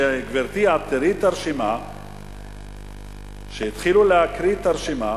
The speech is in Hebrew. גברתי, כשתראי את הרשימה התחילו להקריא את הרשימה